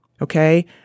Okay